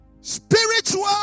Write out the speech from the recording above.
Spiritual